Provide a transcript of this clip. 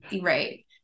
right